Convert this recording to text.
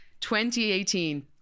2018